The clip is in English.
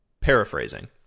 Paraphrasing